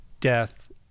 death